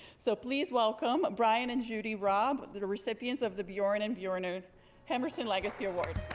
so please welcome bryan and judy roub the the recipients of the bjorg and and bjornar hermansen legacy award.